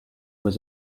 was